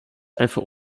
einfach